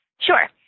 Sure